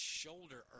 shoulder